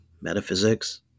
metaphysics